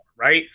right